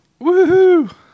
Woohoo